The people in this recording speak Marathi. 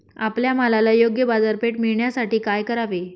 आपल्या मालाला योग्य बाजारपेठ मिळण्यासाठी काय करावे?